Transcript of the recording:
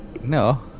No